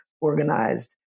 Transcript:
organized